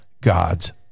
God's